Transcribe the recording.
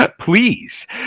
please